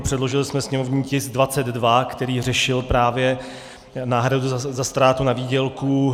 Předložili jsme sněmovní tisk 22, který řešil právě náhradu za ztrátu na výdělku.